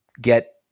get